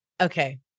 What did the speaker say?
Okay